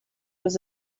was